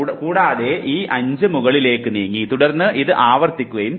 കൂടാതെ ഈ 5 മുകളിലേക്ക് നീങ്ങി തുടർന്ന് ഇത് ആവർത്തിക്കുകയും ചെയ്തു